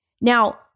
Now